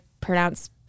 pronounce